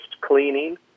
cleaning